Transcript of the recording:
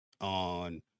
on